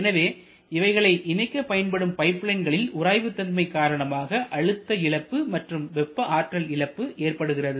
எனவே இவைகளை இணைக்க பயன்படும் பைப்லைன்களில் உராய்வுதன்மை காரணமாக அழுத்த இழப்பு மற்றும் வெப்ப ஆற்றல் இழப்பு ஏற்படுகிறது